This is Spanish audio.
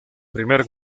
primer